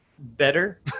Better